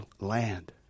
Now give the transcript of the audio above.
land